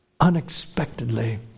unexpectedly